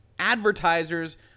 advertisers